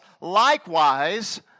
likewise